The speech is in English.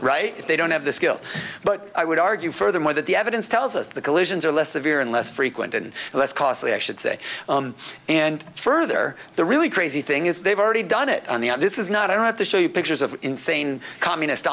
right if they don't have the skill but i would argue furthermore that the evidence tells us the collisions are less severe and less frequent and less costly i should say and further the really crazy thing is they've already done it on the this is not i don't want to show you pictures of insane communist